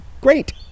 great